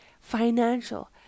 financial